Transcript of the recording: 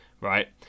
Right